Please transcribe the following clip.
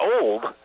old